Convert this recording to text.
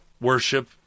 worship